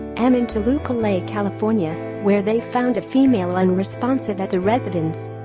m. in toluca lake, california, where they found a female unresponsive at the residence